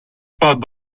pas